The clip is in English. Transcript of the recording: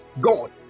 God